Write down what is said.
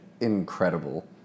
incredible